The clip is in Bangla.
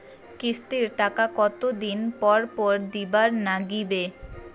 কিস্তির টাকা কতোদিন পর পর দিবার নাগিবে?